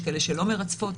יש כאלה שלא מרצפות,